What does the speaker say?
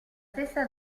stessa